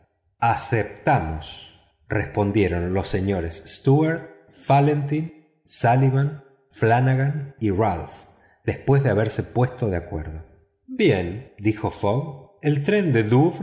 aceptamos respondieron los señores stuart falletín sullivan flanagan y ralph después de haberse puesto de acuerdo bien dijo fogg el tren de